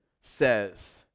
says